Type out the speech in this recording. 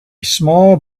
small